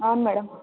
అవును మేడం